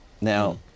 Now